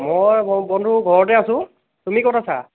মই বন্ধু ঘৰতে আছোঁ তুমি ক'ত আছা